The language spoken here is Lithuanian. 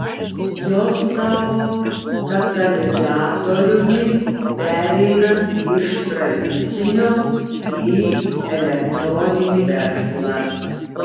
jos tapo katalizatoriumi pereinant iš tradicinio į elektroninį verslą